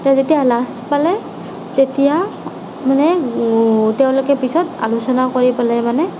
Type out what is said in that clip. তেওঁ যেতিয়া লাজ পালে তেতিয়া মানে তেওঁলোকে পিছত আলোচনা কৰি পেলাই মানে